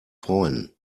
freuen